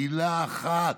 למילה אחת.